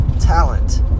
talent